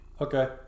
Okay